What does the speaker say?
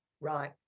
Right